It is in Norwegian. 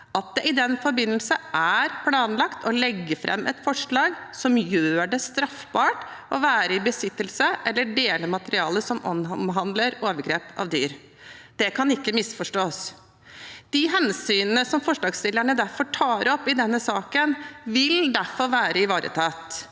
at det i den forbindelse er planlagt å legge fram et forslag som gjør det straffbart å være i besittelse av eller dele materiale som omhandler overgrep mot dyr. Det kan ikke misforstås. De hensynene som forslagsstillerne tar opp i denne saken, vil derfor være ivaretatt,